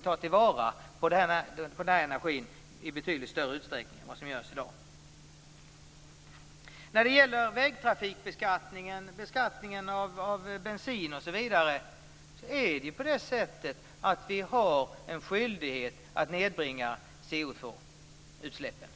tar till vara på denna energi i betydligt större utsträckning än vad som görs i dag. När det gäller vägrafikbeskattningen, beskattningen av bensin osv. har vi en skyldighet att nedbringa CO2-utsläppen.